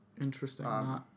Interesting